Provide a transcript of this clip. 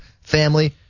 family